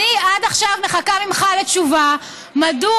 אני עד עכשיו מחכה ממך לתשובה מדוע